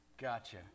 Gotcha